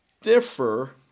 differ